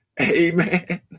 Amen